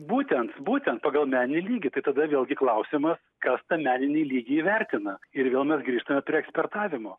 būtent būtent pagal meninį lygį tai tada vėlgi klausimas kas tą meninį lygį įvertina ir vėl mes grįžtame prie ekspertavimo